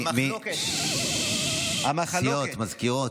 ששש, סיעות, מזכירות.